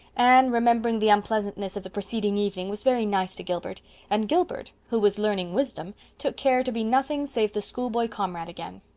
anne, remembering the unpleasantness of the preceding evening, was very nice to gilbert and gilbert, who was learning wisdom, took care to be nothing save the schoolboy comrade again.